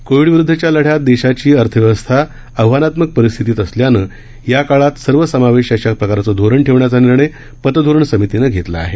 कोविडविरुद्धच्या लढ्यात देशाची अर्थव्यवस्था आव्हानात्मक परिस्थितीत असल्यानं या काळात सर्वसमावेशक अशा प्रकारचे धोरण ठेवण्याचा निर्णय पतधोरण समितीनं घेतलेला आहे